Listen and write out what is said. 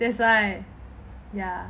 that's why ya